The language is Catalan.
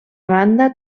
banda